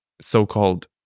so-called